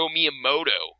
Miyamoto